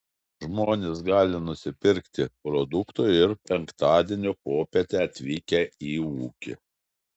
žmonės gali nusipirkti produktų ir penktadienio popietę atvykę į ūkį